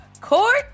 Court